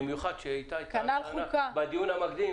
במיוחד שאיתי כבר בדיון המקדים